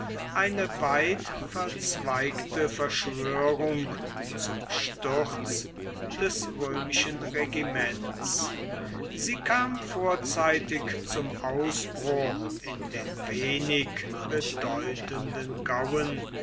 eine weit verzweigte verschwörung zum sturz des römischen regiments sie kam vorzeitig zum ausbruch in den wenig bedeutenden gauen